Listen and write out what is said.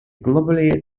globally